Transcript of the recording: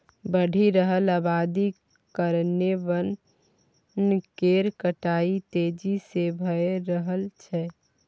बढ़ि रहल अबादी कारणेँ बन केर कटाई तेजी से भए रहल छै